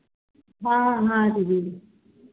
हाँ हाँ दीदी